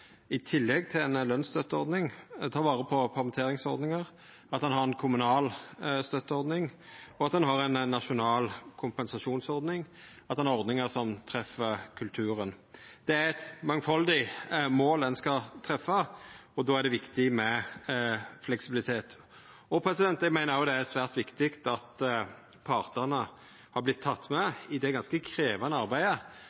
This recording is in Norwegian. i tillegg til ei lønsstøtteordning tek vare på permitteringsordningar, at ein har ei kommunal støtteordning, og at ein har ei nasjonal kompensasjonsordning, og at ein har ordningar som treff kulturen. Det er eit mangfaldig mål ein skal treffa, og då er det viktig med fleksibilitet. Eg meiner òg det er svært viktig at partane har